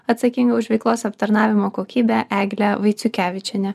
atsakinga už veiklos aptarnavimo kokybę egle vaiciukevičiene